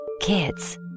Kids